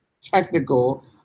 technical